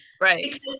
right